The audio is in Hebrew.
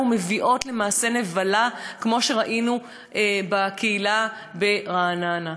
וזה מביא למעשי נבלה כמו שראינו בקהילה ברעננה.